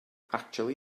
actually